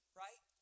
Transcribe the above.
right